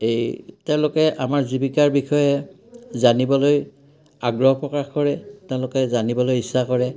এই তেওঁলোকে আমাৰ জীৱিকাৰ বিষয়ে জানিবলৈ আগ্ৰহ প্ৰকাশ কৰে তেওঁলোকে জানিবলৈ ইচ্ছা কৰে